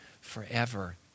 forever